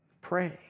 Pray